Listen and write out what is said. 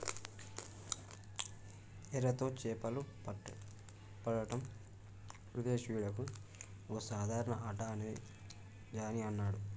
ఎరతో చేపలు పట్టడం విదేశీయులకు ఒక సరదా ఆట అని జానీ అన్నాడు